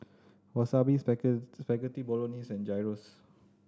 Wasabi Spaghetti Bolognese and Gyros